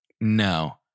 no